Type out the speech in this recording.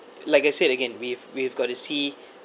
like I say again we've we've got to see